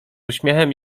uśmiechem